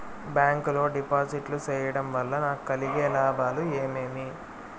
Bank లో డిపాజిట్లు సేయడం వల్ల నాకు కలిగే లాభాలు ఏమేమి?